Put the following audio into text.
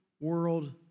world